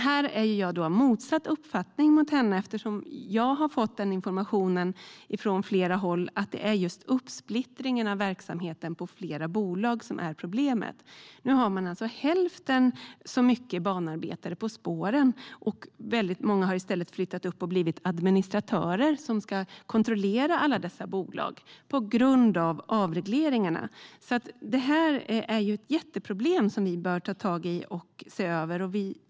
Här är jag av motsatt uppfattning till den hon har. Jag har fått informationen från flera håll att det är just uppsplittringen av verksamheten på flera bolag som är problemet. Nu har man hälften så mycket banarbetare på spåren. Väldigt många har i stället flyttat upp och blivit administratörer som ska kontrollera alla dessa bolag på grund av avregleringarna. Det är ett jätteproblem som vi bör ta tag i och se över.